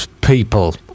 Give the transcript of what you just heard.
people